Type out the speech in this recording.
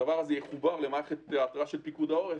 הדבר הזה יחובר למערכת התרעה של פיקוד העורף,